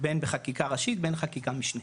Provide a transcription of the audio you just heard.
בין חקיקה ראשית ובין אם חקיקה משנית